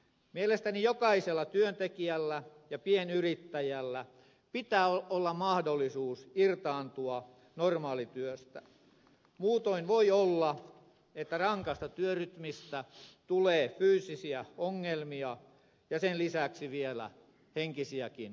mielestäni jokaisella työntekijällä ja pienyrittäjällä pitää olla mahdollisuus irtaantua normaalityöstä muutoin voi olla että rankasta työrytmistä tulee fyysisiä ongelmia ja sen lisäksi vielä henkisiäkin ongelmia